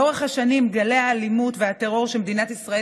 לאורך השנים גלי האלימות והטרור שמדינת ישראל